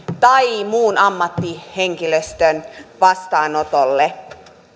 tai muun ammattihenkilöstön vastaanotolle